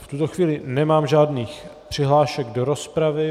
V tuto chvíli nemám žádných přihlášek do rozpravy.